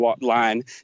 line